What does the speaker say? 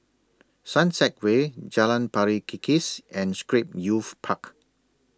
Sunset Way Jalan Pari Kikis and Scrape Youth Park